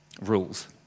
rules